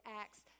Acts